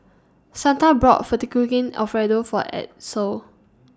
Santa brought Fettuccine Alfredo For Edsel